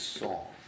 song